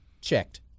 checked